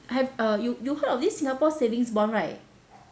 have uh you you heard of this singapore savings bond right